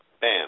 bam